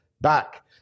back